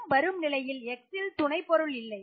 மற்றும் வரும் நிலையில் X ல் துணை பொருள் இல்லை